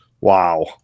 Wow